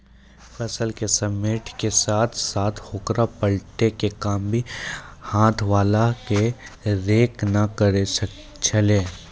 फसल क समेटै के साथॅ साथॅ होकरा पलटै के काम भी हाथ वाला हे रेक न करै छेलै